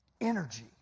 energy